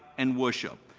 and worship.